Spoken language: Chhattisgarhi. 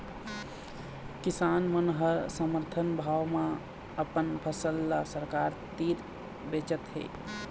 किसान मन ह समरथन भाव म अपन फसल ल सरकार तीर बेचत हे